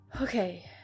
Okay